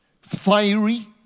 fiery